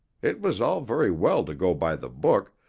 it was all very well to go by the book,